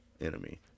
enemy